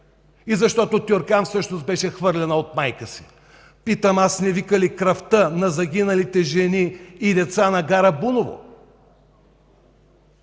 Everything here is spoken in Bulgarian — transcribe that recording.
И защото Тюркян всъщност беше хвърлена от майка си. Питам аз: не вика ли кръвта на загиналите жени и деца на гара Буново?!